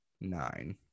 nine